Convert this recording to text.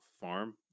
farm